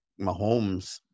Mahomes